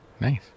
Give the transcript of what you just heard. Nice